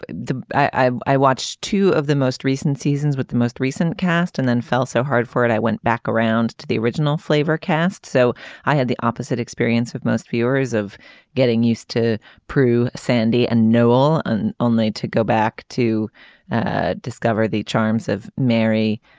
but i i watched two of the most recent seasons with the most recent cast and then fell so hard for it i went back around to the original flavor cast so i had the opposite experience of most viewers of getting used to prue sandy and noel and only to go back to ah discover the charms of mary